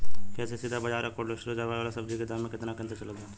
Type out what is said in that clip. खेत से सीधा बाज़ार आ कोल्ड स्टोर से आवे वाला सब्जी के दाम में केतना के अंतर चलत बा?